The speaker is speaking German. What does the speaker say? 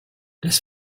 das